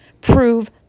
prove